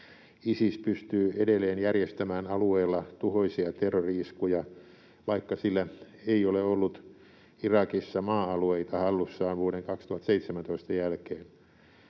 Isis pystyy edelleen järjestämään alueella tuhoisia terrori-iskuja, vaikka sillä ei ole ollut Irakissa maa-alueita hallussaan vuoden 2017 jälkeen.